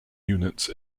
units